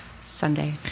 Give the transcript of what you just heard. Sunday